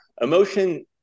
emotion